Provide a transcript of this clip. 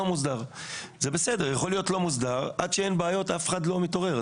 ועד שאין בעיות אף אחד לא מתעורר.